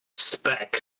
Spec